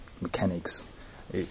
mechanics